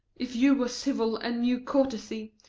if you were civil and knew courtesy,